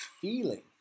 feeling